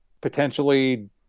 potentially